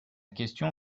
question